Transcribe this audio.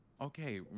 okay